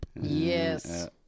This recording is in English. Yes